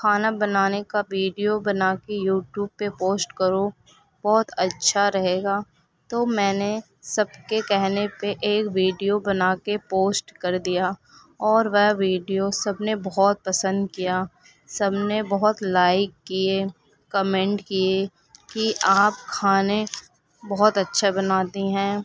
کھانا بنانے کا ویڈیو بنا کے یوٹوب پہ پوسٹ کرو بہت اچھا رہے گا تو میں نے سب کے کہنے پہ ایک ویڈیو بنا کے پوسٹ کر دیا اور وہ ویڈیو سب نے بہت پسند کیا سب نے بہت لائک کیے کمنٹ کیے کہ آپ کھانے بہت اچھا بناتی ہیں